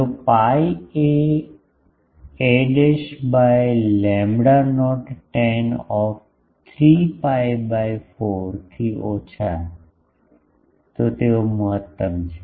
જો pi એ by lambda naught tan of 3 pi by 4 થી ઓછા તો તે મહત્તમ છે